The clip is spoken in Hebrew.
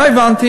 מה הבנתי?